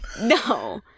no